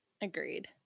agreed